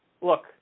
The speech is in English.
look